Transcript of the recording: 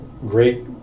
great